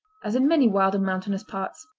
as in many wild and mountainous parts.